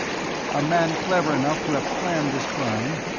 a man clever enough to have planned this crime,